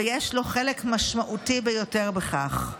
ויש לו חלק משמעותי ביותר בכך.